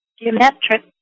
geometric